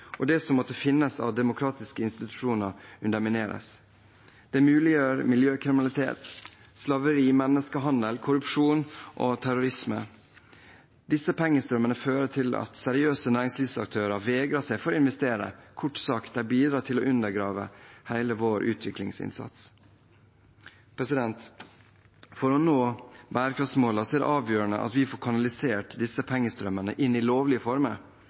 og at det som måtte finnes av demokratiske institusjoner, undermineres. Det muliggjør miljøkriminalitet, slaveri, menneskehandel, korrupsjon og terrorisme. Disse pengestrømmene fører til at seriøse næringslivsaktører vegrer seg for å investere. Kort sagt: De bidrar til å undergrave hele vår utviklingsinnsats. For å nå bærekraftsmålene er det avgjørende at vi får kanalisert disse pengestrømmene inn i lovlige former